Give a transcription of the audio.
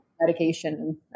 medication